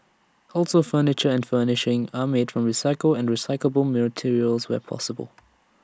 also furniture and furnishings are made from recycled and recyclable materials where possible